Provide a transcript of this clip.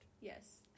Yes